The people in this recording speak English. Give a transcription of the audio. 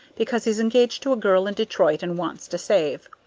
because he's engaged to a girl in detroit and wants to save.